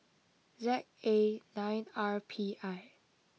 Z A nine R P I